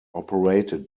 operated